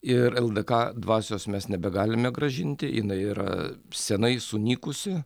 ir ldk dvasios mes nebegalime grąžinti jinai yra seniai sunykusi